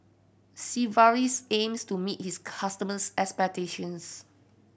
sigvaris aims to meet its customers' expectations